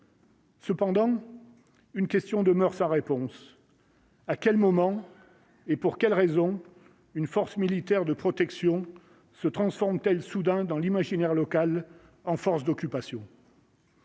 Cependant, une question demeure sans réponse : à quel moment et pour quelle raison une force militaire de protection se transforme-t-elle soudain dans l'imaginaire local en force d'occupation.